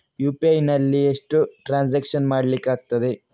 UPI ನಲ್ಲಿ ಎಷ್ಟು transaction ಮಾಡ್ಲಿಕ್ಕೆ ಆಗ್ತದೆ?